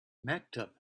maktub